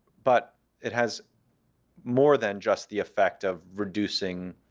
but it has more than just the effect of reducing